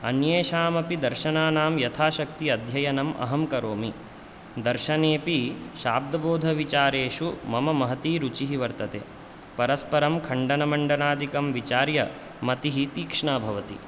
अन्येषामपि दर्शनानां यथाशक्ति अध्ययनम् अहं करोमि दर्शनेऽपि शाब्दबोधविचारेषु मम महती रुचिः वर्तते परस्परं खण्डनमण्डनादिकं विचार्य मतिः तीक्ष्णा भवति